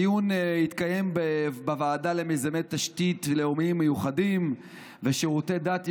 הדיון התקיים בוועדה למיזמי תשתית לאומיים מיוחדים ושירותי דת יהודיים,